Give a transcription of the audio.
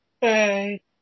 Hey